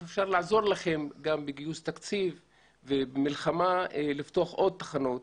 היכן אפשר לעזור לכם גם בגיוס תקציב ובמלחמה לפתוח עוד תחנות